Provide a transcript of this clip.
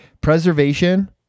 Preservation